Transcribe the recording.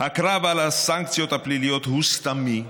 הקרב על הסנקציות הפליליות הוא סתמי,